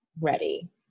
ready